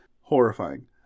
horrifying